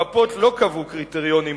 המפות לא קבעו קריטריונים מוגדרים,